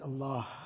Allah